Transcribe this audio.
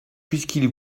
puisqu’il